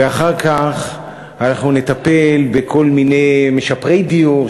ואחר כך אנחנו נטפל בכל מיני משפרי דיור,